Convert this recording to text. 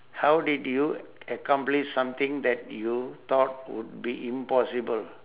how did you accomplish something that you thought would be impossible